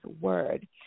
word